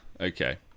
okay